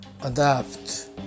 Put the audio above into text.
adapt